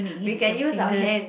we can use our hands